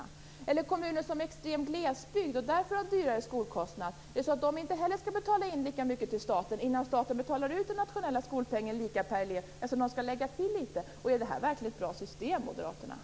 Skall kommuner som finns i extrem glesbygd och därför har dyrare skolkostnader inte heller betala in lika mycket till staten innan staten betalar ut den nationella skolpengen lika per elev? Jag vill fråga moderaterna om det här verkligen är ett bra system.